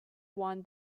won